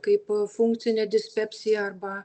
kaip funkcinė dispepsija arba